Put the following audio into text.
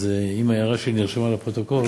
אז אם ההערה שלי נרשמה בפרוטוקול.